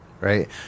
right